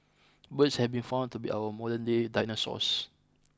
birds have been found to be our modernday dinosaurs